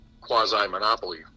quasi-monopoly